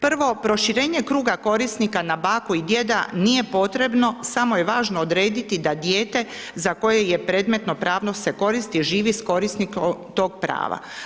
Prvo proširenje kruga korisnika na baku i djeda nije potrebno, samo je važno odrediti da dijete za koje je predmetno pravno se koristi živi s korisnikom tog prava.